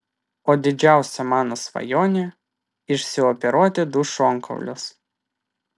o didžiausia mano svajonė išsioperuoti du šonkaulius